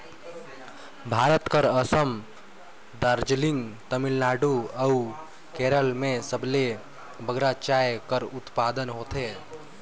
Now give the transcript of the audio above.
भारत कर असम, दार्जिलिंग, तमिलनाडु अउ केरल में सबले बगरा चाय कर उत्पादन होथे